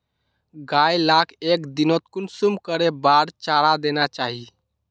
गाय लाक एक दिनोत कुंसम करे बार चारा देना चही?